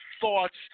thoughts